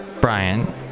Brian